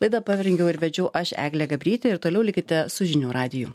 laida parengiau ir vedžiau aš eglė gabrytė ir toliau likite su žinių radiju